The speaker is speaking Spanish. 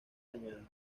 dañada